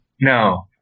No